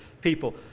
people